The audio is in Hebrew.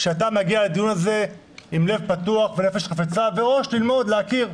שאתה מגיע לדיון הזה עם לב פתוח ונפש חפצה וראש ללמוד ולהכיר.